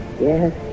Yes